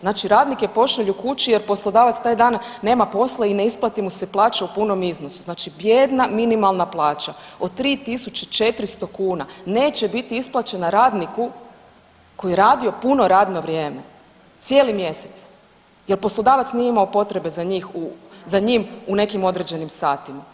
Znači radnike pošalju kući jer poslodavac taj dan nema posla i ne isplati mu se plaća u punom iznosu, znači bijedne minimalna plaća od 3.400 kuna neće biti isplaćena radniku koji je radio puno radno vrijeme cijeli mjesec jel poslodavac nije imao potrebe za njim u nekim određenim satima.